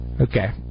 Okay